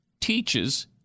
teaches